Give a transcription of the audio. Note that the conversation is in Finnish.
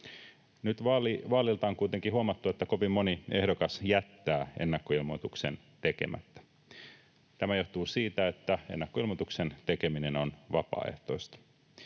vaalilta on kuitenkin huomattu, että kovin moni ehdokas jättää ennakkoilmoituksen tekemättä. Tämä johtuu siitä, että ennakkoilmoituksen tekeminen on vapaaehtoista.